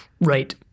Right